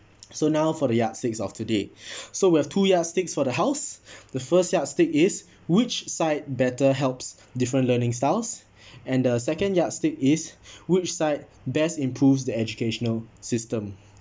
so now for the yardstick of today so we have to yardsticks for the house the first yardstick is which side better helps different learning styles and the second yardstick is which side best improves the educational system